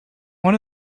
one